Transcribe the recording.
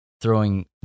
throwing